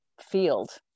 field